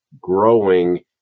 growing